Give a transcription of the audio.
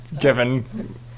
given